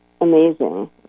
amazing